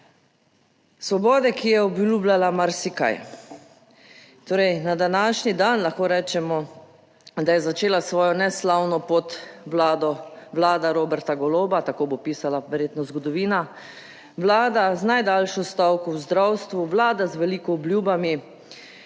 Svobode, ki je obljubljala marsikaj. Torej na današnji dan lahko rečemo, da je začela svojo neslavno vlada Roberta Goloba, tako bo pisala verjetno zgodovina, vlada z najdaljšo stavko v zdravstvu, vlada z veliko obljubami.